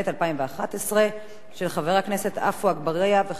של חבר הכנסת עפו אגבאריה ומספר חברי הכנסת.